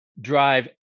drive